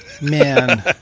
Man